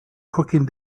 cooking